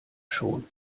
schon